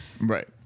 Right